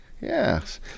Yes